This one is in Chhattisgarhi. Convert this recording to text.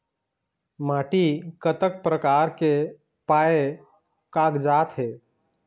माटी कतक प्रकार के पाये कागजात हे?